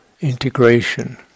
integration